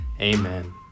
Amen